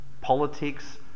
politics